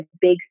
big